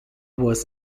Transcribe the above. was